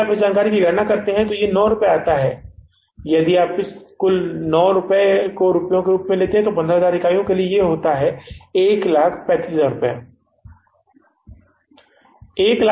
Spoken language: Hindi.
यदि आप इस जानकारी से यहां गणना करते हैं तो यह 9 रुपये है यदि आप इसे कुल 9 रुपये के रूप में लेते हैं और कुल 15000 इकाई के लिए यह 135000 रुपये है